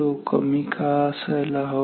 तो कमी का असायला हवा